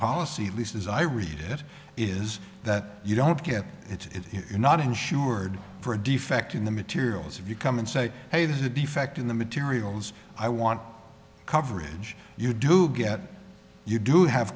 policy at least as i read it is that you don't get it if you're not insured for a defect in the materials if you come and say hey this is a defect in the materials i want coverage you do get it you do have